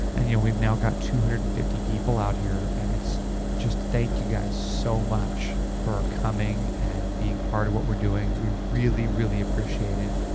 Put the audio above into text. and you know we've now got two hundred and fifty people out here and it's just. thank you guys so much for coming and being part of what we're doing. we really really appreciate it.